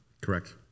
Correct